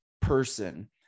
person